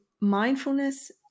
mindfulness